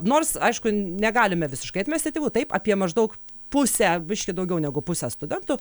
nors aišku negalime visiškai atmesti tėvų taip apie maždaug pusę biškį daugiau negu pusę studentų